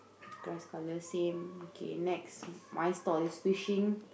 grass colour same okay next my stall is fishing